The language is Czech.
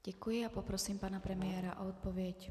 Děkuji a poprosím pana premiéra o odpověď.